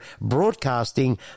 broadcasting